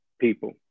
people